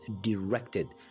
directed